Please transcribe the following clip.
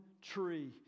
tree